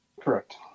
Correct